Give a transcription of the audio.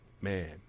man